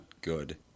good